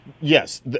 Yes